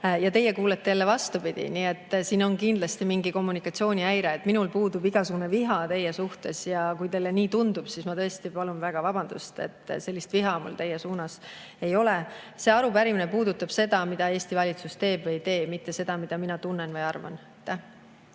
Ja teie tunnete jälle vastupidi. Nii et siin on kindlasti mingi kommunikatsioonihäire. Minul puudub igasugune viha teie vastu, aga kui teile nii tundub, siis ma palun väga vabandust. Aga mingit viha mul teie vastu ei ole. Ent see arupärimine puudutab seda, mida Eesti valitsus teeb või ei tee, mitte seda, mida mina tunnen või arvan.